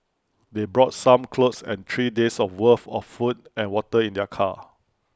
they brought some clothes and three days' of worth of food and water in their car